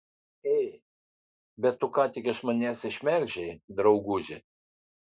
ei bet tu ką tik iš manęs išmelžei drauguži